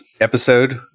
episode